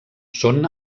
són